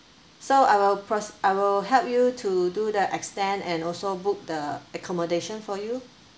so I will procee~ I will help you to do the extend and also book the accommodation for you